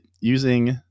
using